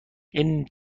نرخ